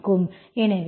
எனவே yC1C1x